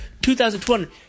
2020